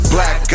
Black